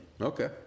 Okay